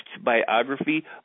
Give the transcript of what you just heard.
biography